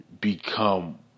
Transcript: become